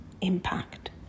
impact